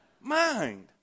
mind